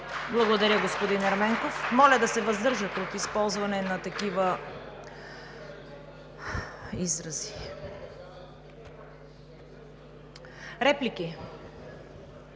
Благодаря, господин Ерменков. Моля да се въздържате от използване на такива изрази! Реплики?